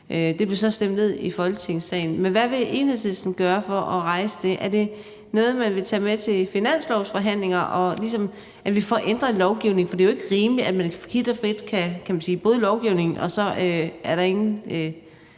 Det blev så stemt ned her i Folketingssalen. Men hvad vil Enhedslisten gøre for at rejse det? Er det noget, man vil tage med til finanslovsforhandlinger, så vi ligesom får ændret lovgivningen? For det er jo ikke rimeligt, at man frit og kvit kan bryde lovgivningen, og at der så ikke